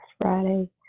Friday